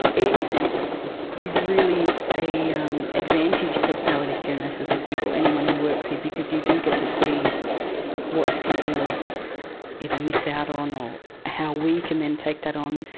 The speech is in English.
it is really an um advantage for palliative care nurses i think or anyone who works here because you do get to see what people either miss out on or how we can then take that on,